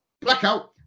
Blackout